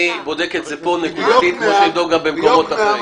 אני בודק את זה פה נקודתית כמו שאבדוק גם במקומות אחרים.